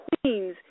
queens